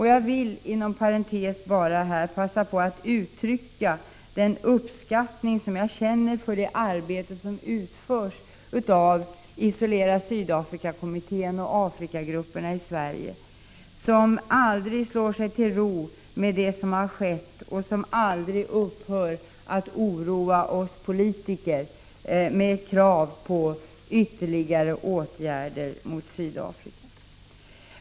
Jag vill inom parentes sagt uttrycka den uppskattning som jag känner för det arbete som utförs av Isolera Sydafrika-kommittén och Afrikagrupperna i Sverige. De slår sig inte till ro med det som gjorts och upphör aldrig att oroa oss politiker med krav på ytterligare åtgärder mot Sydafrika.